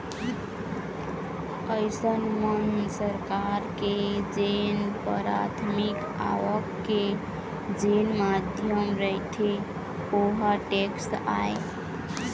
अइसन म सरकार के जेन पराथमिक आवक के जेन माध्यम रहिथे ओहा टेक्स आय